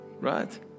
Right